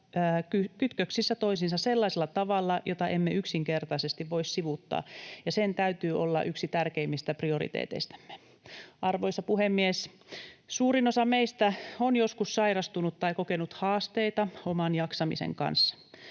kytköksissä toisiinsa sellaisella tavalla, jota emme yksinkertaisesti voi sivuuttaa, ja sen täytyy olla yksi tärkeimmistä prioriteeteistamme. Arvoisa puhemies! Suurin osa meistä on joskus sairastunut tai kokenut haasteita oman jaksamisen kanssa.